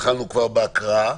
והתחלנו בהקראה,